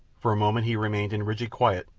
for a moment he remained in rigid quiet,